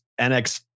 NX